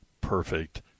perfect